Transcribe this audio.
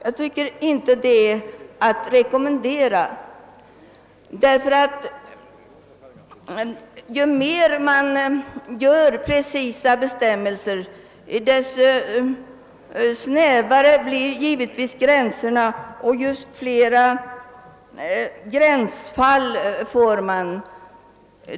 Detta är inte att rekommendera, ty ju mer precisa bestämmelser man utfärdar desto snävare blir givetvis gränserna och desto flera gränsfall får man.